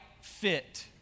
fit